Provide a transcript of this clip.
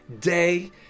day